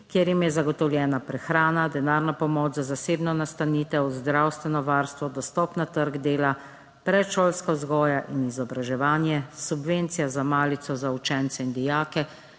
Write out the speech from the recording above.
kjer jim je zagotovljena prehrana, denarna pomoč za zasebno nastanitev, zdravstveno varstvo, dostop na trg dela, predšolska vzgoja in izobraževanje, subvencija za malico za učence in dijake